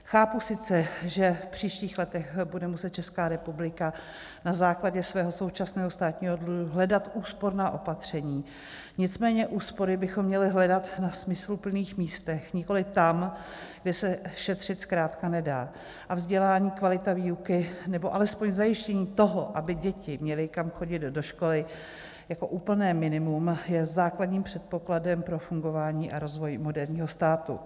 Chápu sice, že v příštích letech bude muset Česká republika na základě svého současného státního dluhu hledat úsporná opatření, nicméně úspory bychom měli hledat na smysluplných místech, nikoliv tam, kde se šetřit zkrátka nedá, a vzdělání a kvalita výuky nebo alespoň zajištění toho, aby děti měly kam chodit do školy, jako úplné minimum je základním předpokladem pro fungování a rozvoj moderního státu.